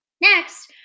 Next